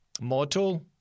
Mortal